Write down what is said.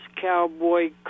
Cowboy